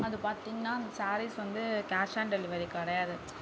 அது பார்த்திங்கனா அந்த ஸாரிஸ் வந்து கேஷ் ஆன் டெலிவரி கிடையாது